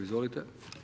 Izvolite.